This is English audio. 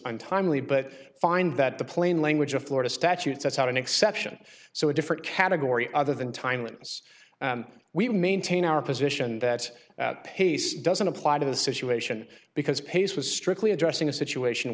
untimely but i find that the plain language of florida statute sets out an exception so a different category other than timeliness we maintain our position that pace doesn't apply to the situation because pace was strictly addressing a situation